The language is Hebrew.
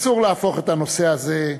אסור להפוך את הנושא הזה,